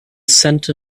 cent